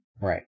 Right